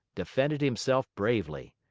defended himself bravely.